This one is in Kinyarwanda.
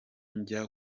njya